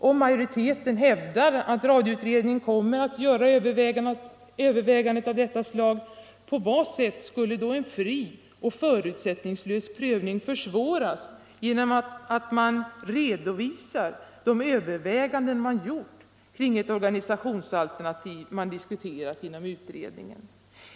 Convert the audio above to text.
Om majoriteten hävdar att radioutredningen kommer att göra överväganden av detta slag, på vad sätt skulle då en fri och förutsättningslös prövning försvåras genom att man redovisar de överväganden man gjort kring ett organisationsalternativ man diskuterat inom utredningen?